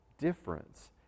difference